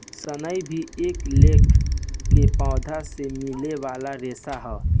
सनई भी एक लेखा के पौधा से मिले वाला रेशा ह